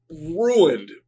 ruined